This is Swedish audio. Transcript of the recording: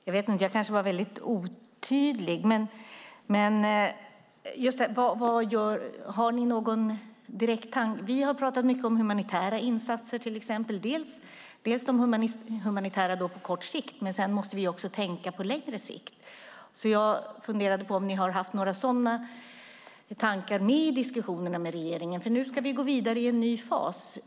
Herr talman! Jag kanske var väldigt otydlig. Vi har pratat mycket om humanitära insatser till exempel, dels på kort sikt, dels måste vi tänka på längre sikt. Därför funderade jag på om ni har haft några sådana tankar med i diskussionen med regeringen. Nu ska vi gå vidare i en ny fas.